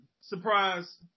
Surprise